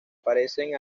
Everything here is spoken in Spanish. parecen